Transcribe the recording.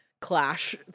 clash